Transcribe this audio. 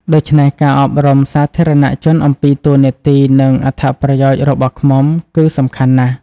ដូច្នេះការអប់រំសាធារណជនអំពីតួនាទី និងអត្ថប្រយោជន៍របស់ឃ្មុំគឺសំខាន់ណាស់។